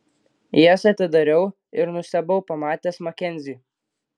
jas atidariau ir nustebau pamatęs makenzį